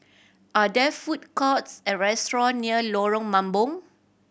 are there food courts or restaurant near Lorong Mambong